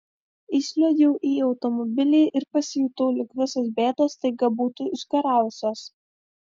įsliuogiau į automobilį ir pasijutau lyg visos bėdos staiga būtų išgaravusios